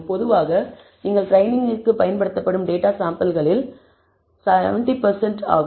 பொதுவாக நீங்கள் ட்ரெய்னிங்கிற்கு பயன்படுத்தும் டேட்டா சாம்பிள்களில் 70 பர்சன்ட் ஆகும்